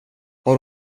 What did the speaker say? har